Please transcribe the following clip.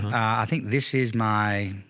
i think this is my,